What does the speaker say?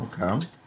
Okay